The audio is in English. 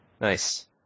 nice